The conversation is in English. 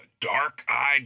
dark-eyed